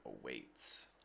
awaits